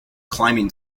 climbing